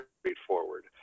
straightforward